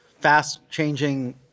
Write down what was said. fast-changing